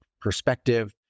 perspective